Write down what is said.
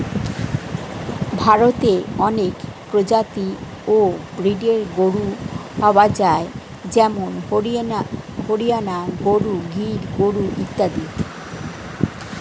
ভারতে অনেক প্রজাতি ও ব্রীডের গরু পাওয়া যায় যেমন হরিয়ানা গরু, গির গরু ইত্যাদি